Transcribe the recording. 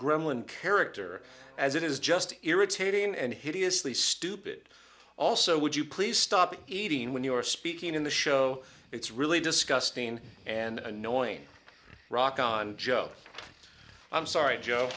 gremlin character as it is just irritating and hideously stupid also would you please stop eating when you are speaking in the show it's really disgusting and annoying rock on joe i'm sorry joe